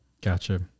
Gotcha